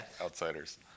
Outsiders